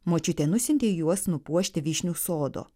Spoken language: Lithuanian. močiutė nusiuntė juos nupuošti vyšnių sodo